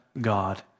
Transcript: God